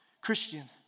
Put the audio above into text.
Christian